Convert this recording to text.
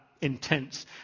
intense